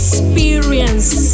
Experience